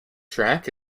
track